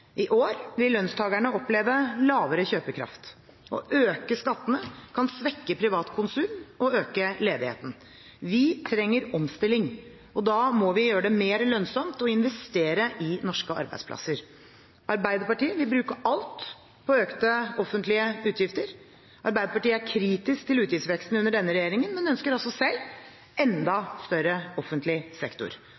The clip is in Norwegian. I år vil lønnstagerne oppleve lavere kjøpekraft. Å øke skattene kan svekke privat konsum og øke ledigheten. Vi trenger omstilling. Da må vi gjøre det mer lønnsomt å investere i norske arbeidsplasser. Arbeiderpartiet vil bruke alt på økte offentlige utgifter. Arbeiderpartiet er kritisk til utgiftsveksten under denne regjeringen, men ønsker altså selv en enda